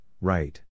right